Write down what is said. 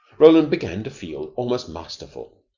roland began to feel almost masterful.